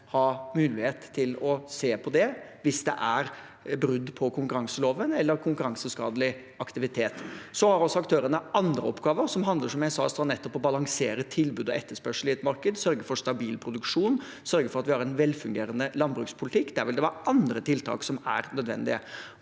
ha mulighet til å se på det, hvis det er brudd på konkurranseloven eller konkurranseskadelig aktivitet. Aktørene har også andre oppgaver, som handler om, som jeg sa, å balansere tilbud og etterspørsel i et marked, sørge for stabil produksjon, og sørge for at vi har en velfungerende landbrukspolitikk. Der vil det være andre tiltak som er nødvendig.